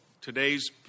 today's